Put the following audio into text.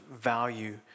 value